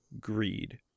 greed